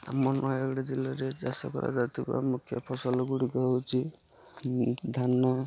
ଆମ ନୟାଗଡ଼ ଜିଲ୍ଲାରେ ଚାଷ କରାଯାଉଥିବା ମୁଖ୍ୟ ଫସଲ ଗୁଡ଼ିକ ହେଉଛି ଧାନ